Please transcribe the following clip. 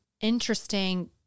interesting